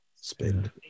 spend